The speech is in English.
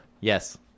Yes